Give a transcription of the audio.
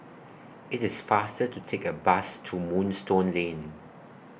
IT IS faster to Take A Bus to Moonstone Lane